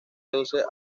reduce